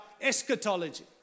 eschatology